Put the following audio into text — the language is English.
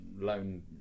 loan